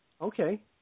Okay